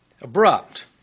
abrupt